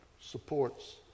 supports